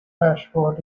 ashford